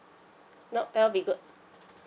nope that will be good